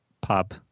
pop